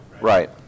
right